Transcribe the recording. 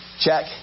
Check